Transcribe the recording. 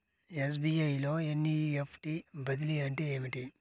SBI లో NEFT బదిలీ అంటే ఏమిటి?